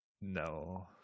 no